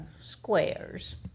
squares